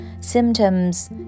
symptoms